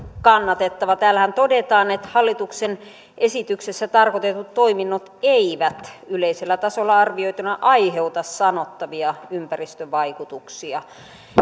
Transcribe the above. kannatettava täällähän todetaan että hallituksen esityksessä tarkoitetut toiminnot eivät yleisellä tasolla arvioituna aiheuta sanottavia ympäristövaikutuksia